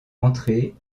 entrer